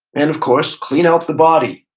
and, of course, clean out the body.